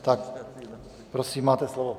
Tak prosím, máte slovo.